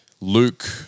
Luke